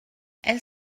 elle